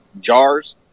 jars